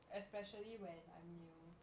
especially when I'm new